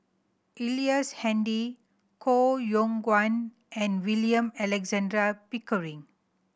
Ellice Handy Koh Yong Guan and William Alexander Pickering